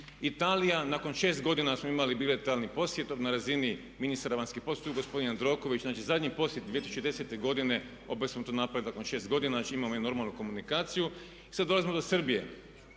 Italija, nakon 6 godina smo imali bilateralni posjet na razini ministra vanjskih poslova, gospodin Jandroković, znači zadnji posjet je bio 2010. godine, opet smo to napravili nakon 6 godina. Znači imamo jednu normalnu komunikaciju. Sad dolazimo do Srbije,